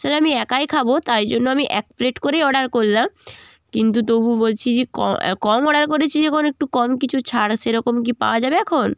sir আমি একাই খাবো তাই জন্য আমি এক প্লেট করেই অর্ডার করলাম কিন্তু তবু বলছি যে কম অর্ডার করেছি যখন একটু কম কিছু ছাড় আছে এরকম কি পাওয়া যাবে এখন